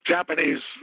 Japanese